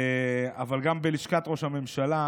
אבל גם בלשכת ראש הממשלה,